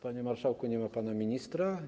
Panie marszałku, nie ma pana ministra?